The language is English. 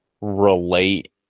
relate